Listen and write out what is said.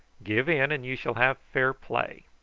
give in, and you shall have fair play.